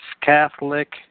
Catholic